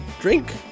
drink